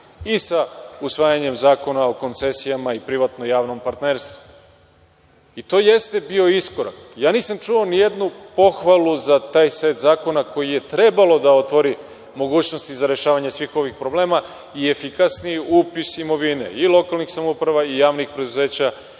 i sa usvajanjem Zakona o koncesijama i privatno-javnom partnerstvu. To jeste bio iskorak. Ja nisam čuo ni jednu pohvalu za taj set zakona koji je trebalo da otvori mogućnosti za rešavanje svih ovih problema i efikasniji upis imovine – i lokalnih samouprava, javnih preduzeća